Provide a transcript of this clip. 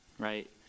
Right